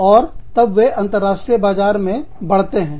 और तब वे अंतर्राष्ट्रीय बाजार मे बढ़ते हैं